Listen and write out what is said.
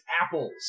apples